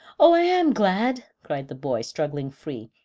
oh! i am glad, cried the boy, struggling free,